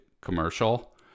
commercial